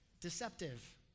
deceptive